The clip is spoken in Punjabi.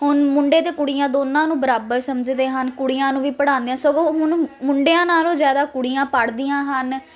ਹੁਣ ਮੁੰਡੇ ਅਤੇ ਕੁੜੀਆਂ ਦੋਨਾਂ ਨੂੰ ਬਰਾਬਰ ਸਮਝਦੇ ਹਨ ਕੁੜੀਆਂ ਨੂੰ ਵੀ ਪੜ੍ਹਾਉਂਦੇ ਹਾਂ ਸਗੋਂ ਹੁਣ ਮੁੰਡਿਆਂ ਨਾਲੋਂ ਜ਼ਿਆਦਾ ਕੁੜੀਆਂ ਪੜ੍ਹਦੀਆਂ ਹਨ